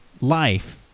life